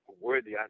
worthy